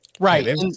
Right